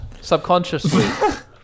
subconsciously